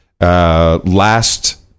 Last